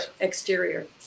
exterior